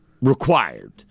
required